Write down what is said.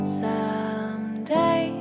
someday